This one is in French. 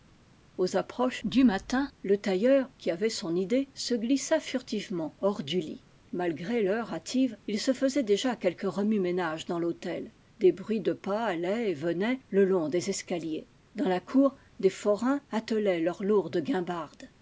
aux approches du matin le tailleur qui avait son idée se glissa furtivement hors du lit malgré l'heure hâtive il se faisait déjà quelque remue-ménage dans l'hôtel des bruits de pas allaient et venaient le long des escaliers dans la cour des forains attelaient leurs lourdes guimbardes